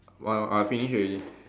why I finish already